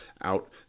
out